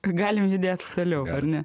galim judėt toliau ar ne